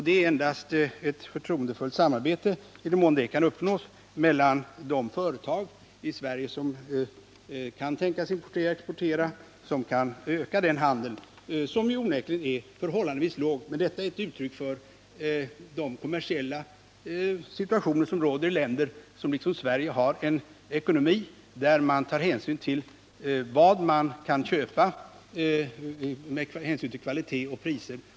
Det är endast ett förtroendefullt samarbete —-i den mån ett sådant kan uppnås — mellan de östeuropeiska staterna och de företag i Sverige som kan tänkas importera och exportera varor till de socialistiska länderna, som kan öka det nuvarande handelsutbytet, som onekligen är 155 förhållandevis ringa, men detta är endast ett uttryck för den kommersiella situation som råder i de länder vilka liksom Sverige har en ekonomi där man tar hänsyn till vad man kan köpa med tanke på både kvalitet och pris.